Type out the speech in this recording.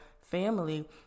family